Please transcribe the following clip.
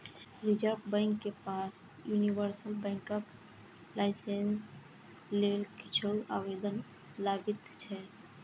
reserve bank के पास universal बैंकक लाइसेंस लेल किछु आवेदन लंबित छै